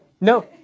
No